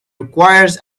requires